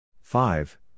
five